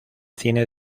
cine